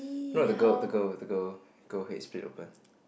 not the girl the girl the girl girl head split open